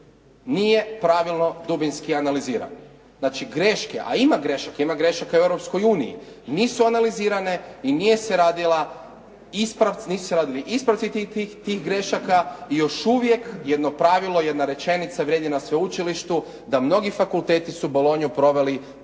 nije pravilno dubinski analiziran. Znači, greške, a ima grešaka. Ima grešaka i u Europskoj uniji. Nisu analizirane i nisu se radili ispravci tih grešaka i još uvijek jedno pravilo, jedna rečenica vrijedi na sveučilištu da mnogi fakulteti su bolonju proveli